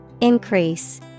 Increase